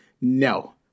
No